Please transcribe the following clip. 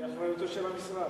באחריותו של המשרד.